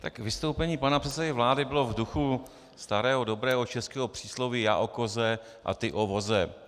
Tak vystoupení pana předsedy vlády bylo v duchu starého dobrého českého přísloví já o koze a ty o voze.